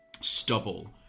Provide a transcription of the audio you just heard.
stubble